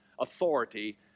authority